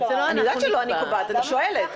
אני יודעת שלא אני קובעת, אני שואלת.